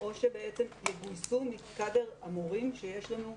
או שיגויסו מקאדר המורים שיש לנו,